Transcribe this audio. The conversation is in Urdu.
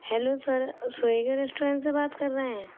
ہلو سر سویگی ریسٹورنٹ سے بات کر رہے ہیں